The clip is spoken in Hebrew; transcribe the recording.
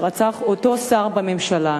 שרצח את אותו שר בממשלה.